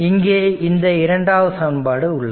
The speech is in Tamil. இங்கே இந்த இரண்டாவது சமன்பாடு உள்ளது